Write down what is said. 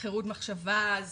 חירות מחשבה,